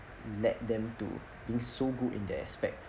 let them to being so good in that aspect